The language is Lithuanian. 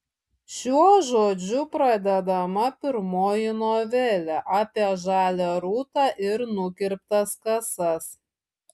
šiuo žodžiu pradedama pirmoji novelė apie žalią rūtą ir nukirptas kasas